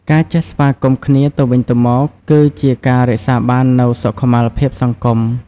ការចេះស្វាគមន៍គ្នាទៅវិញទៅមកគឺជាការរក្សាបាននូវសុខុមាលភាពសង្គម។